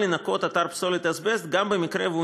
אפשר לנקות אתר פסולת אזבסט גם במקרה שהיא